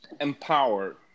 empower